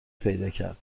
پیداکرد